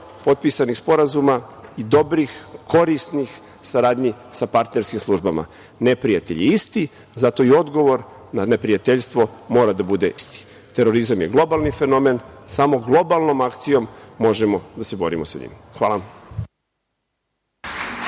potpisanih sporazuma i dobrih, korisnih saradnji sa partnerskim službama. Neprijatelj je isti, zato i odgovor na neprijateljstvo mora da bude isti. Terorizam je globalni fenomen i samo globalnom akcijom možemo da se borimo sa njim. Hvala